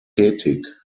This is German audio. tätig